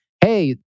Hey